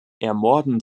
ermorden